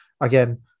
Again